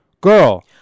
Girl